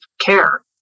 care